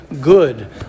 good